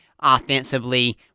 offensively